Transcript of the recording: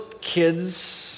kids